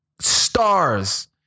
stars